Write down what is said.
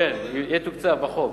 זה, כן, יתוקצב בחוק.